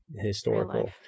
historical